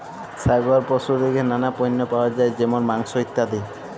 ছাগল পশু থেক্যে লালা পল্য পাওয়া যায় যেমল মাংস, ইত্যাদি